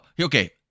Okay